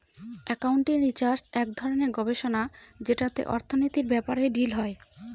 accounting research এক ধরনের গবেষণা যেটাতে অর্থনীতির ব্যাপারে ডিল হয়